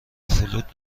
فلوت